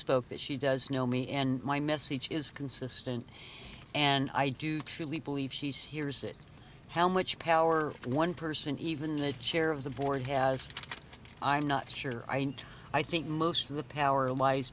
spoke that she does know me and my message is consistent and i do truly believed here's it how much power one person even the chair of the board has i'm not sure i and i think most of the power li